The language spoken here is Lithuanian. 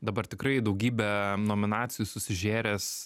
dabar tikrai daugybę nominacijų susižėręs